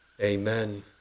Amen